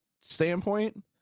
standpoint